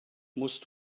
musst